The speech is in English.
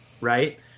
Right